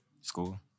School